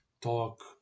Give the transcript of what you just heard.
talk